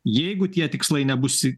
jeigu tie tikslai nebus